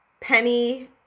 Penny